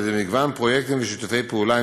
על ידי מגוון פרויקטים ושיתופי פעולה עם